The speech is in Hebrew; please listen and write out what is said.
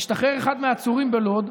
השתחרר אחד מהעצורים בלוד,